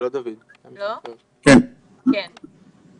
אותנו לדברי חבר הכנסת יוסי טייב משבוע שעבר.